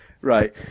right